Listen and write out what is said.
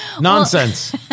Nonsense